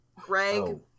Greg